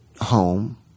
home